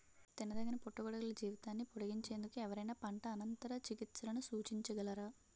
తినదగిన పుట్టగొడుగుల జీవితాన్ని పొడిగించేందుకు ఎవరైనా పంట అనంతర చికిత్సలను సూచించగలరా?